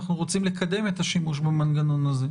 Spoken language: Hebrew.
אנחנו רוצים לקדם את השימוש במנגנון הזה,